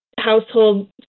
Household